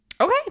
Okay